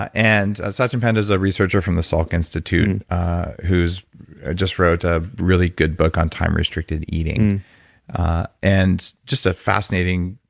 ah and satchin panda is a researcher from the salk institute who's just wrote a really good book on time-restricted eating and just a fascinating,